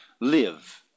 Live